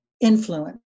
influence